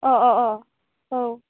अ अ अ औ